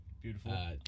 Beautiful